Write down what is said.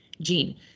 gene